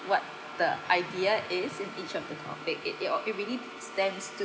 what the idea is in each of the topic it it oh it really stands to